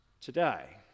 today